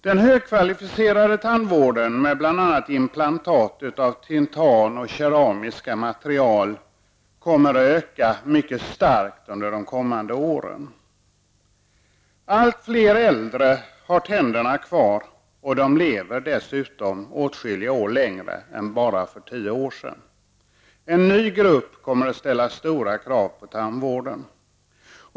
Den högkvalificerade tandvården med bl.a. inplantat av titan och keramiska material kommer att öka mycket starkt under de kommande åren. Allt fler äldre har tänderna kvar, och människorna lever dessutom åtskilliga år längre än bara för tio år sedan. En ny grupp kommer att ställa stora krav på tandvården.